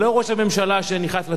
זה לא ראש הממשלה שנכנס לתמונות,